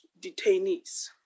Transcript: detainees